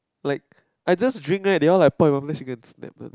like I just drink right they all like point at one place against my turn like